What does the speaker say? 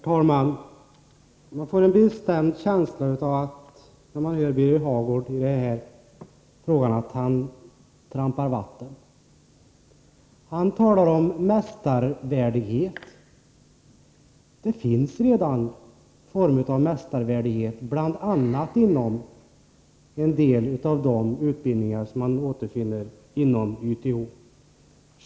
Herr talman! När man hör Birger Hagård uttala sig i den här frågan får man en bestämd känsla av att han trampar vatten. Han talar om mästarvärdighet. Det finns redan en form av mästarvärdighet, bl.a. inom en del av de utbildningar som återfinns i YTH.